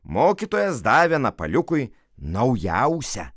mokytojas davė napaliukui naujausią